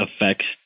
affects